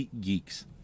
Geeks